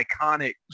iconic